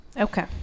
okay